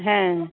হ্যাঁ